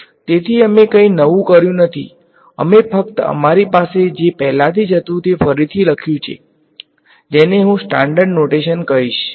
તેથી અમે કંઈ નવું કર્યું નથી અમે ફક્ત અમારી પાસે જે પહેલાથી જ હતું તે ફરીથી લખ્યું છે જેને હું સ્ટાંડર્ડ નોટેશન કહીશ